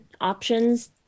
options